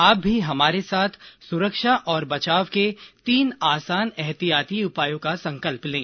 आप भी हमारे साथ सुरक्षा और बचाव के तीन आसान एहतियाती उपायों का संकल्प लें